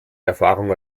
erfahrung